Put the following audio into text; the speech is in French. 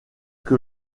que